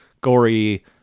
gory